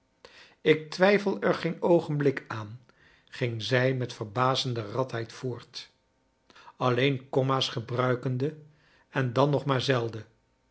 ik twijfel er geen oogenblik aan ging zij met verbazende radheid voort alleen komma's gebruikende en dan nog maar zelden